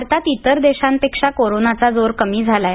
भारतात इतर देशांपेक्षा कोरोनाचा जोर कमी झाला आहे